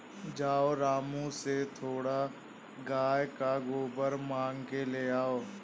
जाओ रामू से थोड़ा गाय का गोबर मांग के लाओ